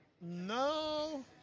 No